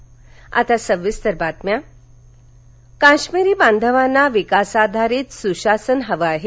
मन की बात काश्मीरी बांधवांना विकासाधारित सुशासन हवं आहे